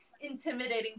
intimidating